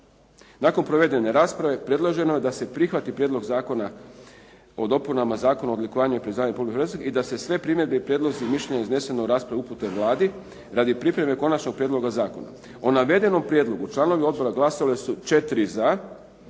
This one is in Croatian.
Nakon provedene rasprave predloženo je da se prihvati Prijedlog zakona o dopunama Zakona o odlikovanjima i priznanjima Republike Hrvatske i da se sve primjedbe, prijedlozi i mišljenja iznesena u raspravi upute Vladi radi pripreme konačnog prijedloga zakona. O navedenom prijedlogu članovi odbora glasovali su 4 za,